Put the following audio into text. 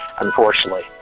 unfortunately